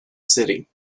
city